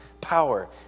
power